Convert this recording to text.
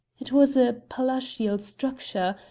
it was a palatial structure,